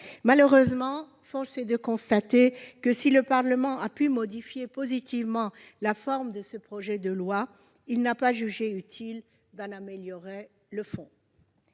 Malheureusement, force est de constater que, si le Parlement a pu modifier positivement la forme de ce projet de loi, il n'a pas jugé utile d'en améliorer le fond.